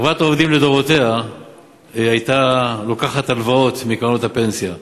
חברת העובדים לדורותיה הייתה לוקחת הלוואות מקרנות הפנסיה.